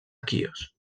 quios